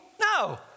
No